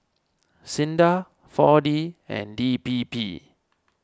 Sinda four D and D P P